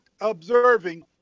observing